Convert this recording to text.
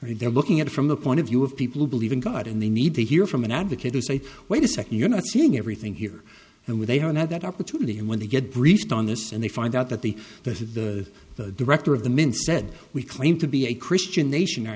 and they're looking at it from the point of view of people who believe in god and they need to hear from an advocate to say wait a second you're not seeing everything here and when they don't have that opportunity and when they get briefed on this and they find out that the the director of the men said we claim to be a christian nation our